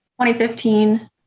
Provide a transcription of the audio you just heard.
2015